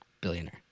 billionaire